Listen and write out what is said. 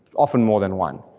often more than one.